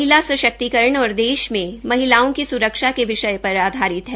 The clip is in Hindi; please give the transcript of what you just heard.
लघ् फिल्म महिला सश्क्तिकरण और देश में महिलाओं की स्रक्षा के विषय पर आधारित है